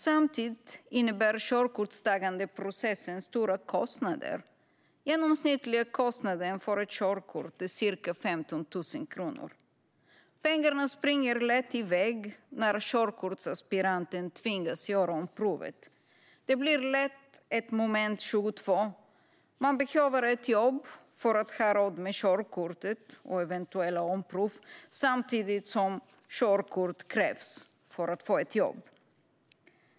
Samtidigt innebär körkortstagandeprocessen stora kostnader - den genomsnittliga kostnaden för ett körkort är ca 15 000. Pengarna springer lätt iväg när körkortsaspiranten tvingas att göra om provet. Det blir lätt ett moment 22 - man behöver ett jobb för att ha råd med körkortet och eventuella omprov samtidigt som körkort krävs för att få ett jobb.